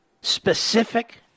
specific